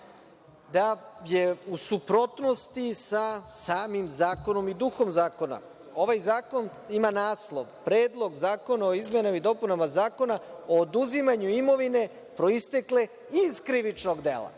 da je u suprotnosti sa samim zakonom i duhom zakona. Ovaj zakon ima naslov – Predlog zakona o izmenama i dopunama Zakona o oduzimanju imovine proistekle iz krivičnog dela.